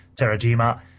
Terajima